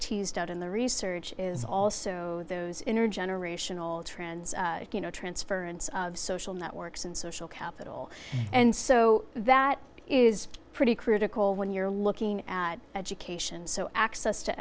teased out in the research is also those inner generational trends you know transference of social networks and social capital and so that is pretty critical when you're looking at education so access to